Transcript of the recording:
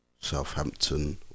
Southampton